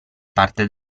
parte